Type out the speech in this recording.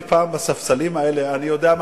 מעולם לא הצבעתי במליאה נגד תקציב,